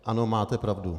Ano, máte pravdu.